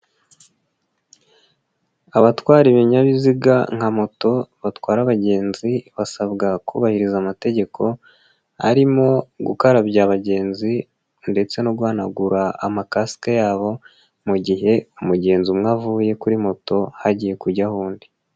Abatwara ibinyabiziga nka moto batwara abagenzi basabwa kubahiriza amategeko arimo gukarabya abagenzi ndetse no guhanagura amakasike yabo mu gihe umugenzi umwe avuye kuri moto hagiye kujyaho undi.